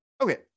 Okay